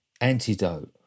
antidote